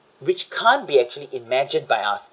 which can't be actually imagined by us